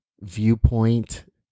viewpoint